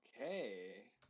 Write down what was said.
Okay